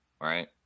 right